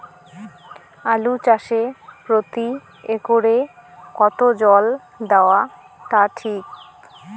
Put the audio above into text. আলু চাষে প্রতি একরে কতো জল দেওয়া টা ঠিক?